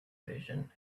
vision